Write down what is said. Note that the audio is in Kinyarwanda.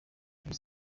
rayon